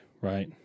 right